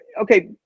okay